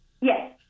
Yes